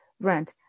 rent